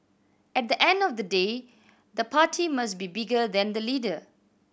at the end of the day the party must be bigger than the leader